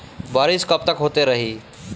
बरिस कबतक होते रही?